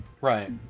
Right